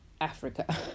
africa